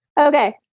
Okay